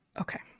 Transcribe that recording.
Okay